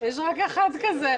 יש רק אחד כזה.